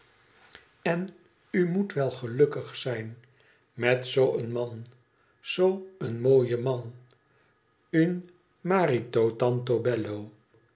en u moet wel gelukkig zijn met zoo een man zoo een mooien man un marito tanto bello